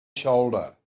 shoulder